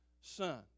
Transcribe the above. son